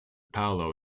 paolo